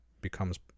becomes